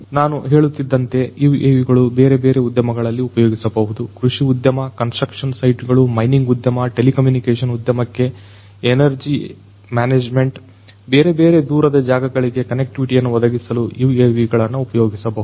ನಾನು ಹೇಳುತ್ತಿದ್ದಂತೆ UAVಗಳನ್ನ ಬೇರೆ ಬೇರೆ ಉದ್ಯಮಗಳಲ್ಲಿ ಉಪಯೋಗಿಸಬಹುದು ಕೃಷಿ ಉದ್ಯಮ ಕನ್ಸ್ಟ್ರಕ್ಷನ್ ಸೈಟುಗಳು ಮೈನಿಂಗ್ ಉದ್ಯಮ ಟೆಲಿಕಮ್ಯುನಿಕೇಶನ್ ಉದ್ಯಮಕ್ಕೆ ಎನರ್ಜಿ ಮ್ಯಾನೇಜ್ಮೆಂಟ್ ಬೇರೆ ಬೇರೆ ದೂರದ ಜಾಗಗಳಿಗೆ ಕನೆಕ್ಟಿವಿಟಿ ಯನ್ನು ಒದಗಿಸಲು UAVಗಳನ್ನು ಉಪಯೋಗಿಸಬಹುದು